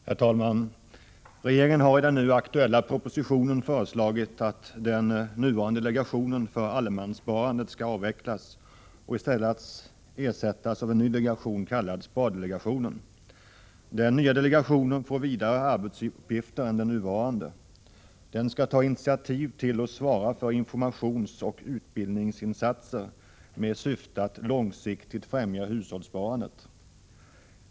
Herr talman! Regeringen har i den nu aktuella propositionen föreslagit att den nuvarande delegationen för allemanssparandet avvecklas och i stället ersätts med en ny delegation, kallad spardelegationen. Den nya delegationen får vidare arbetsuppgifter än den nuvarande. Den skall ta initiativ till och svara för informationsoch utbildningsinsatser i syfte att långsiktigt främja hushållssparandet.